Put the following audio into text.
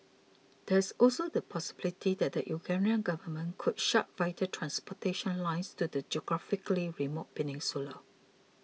there is also the possibility that the Ukrainian government could shut vital transportation lines to the geographically remote peninsula